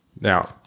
Now